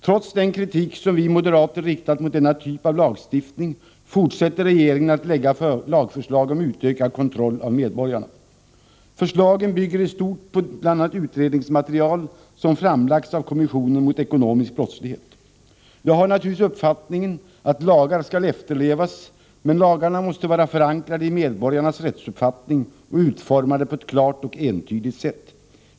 Trots den kritik som vi moderater riktar mot denna typ av lagstiftning, fortsätter regeringen att lägga fram lagförslag om utökad kontroll av medborgarna. Förslagen bygger i stort på bl.a. utredningsmaterial som framlagts av kommissionen mot ekonomisk brottslighet. Jag har naturligtvis uppfattningen att lagar skall efterlevas, men lagarna måste vara förankrade i medborgarnas rättsuppfattning och utformade på ett klart och entydigt sätt.